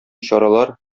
чаралар